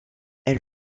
elle